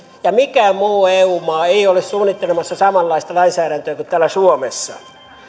ja mikään muu eu maa ei ole suunnittelemassa samanlaista lainsäädäntöä kuin täällä suomessa